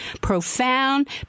profound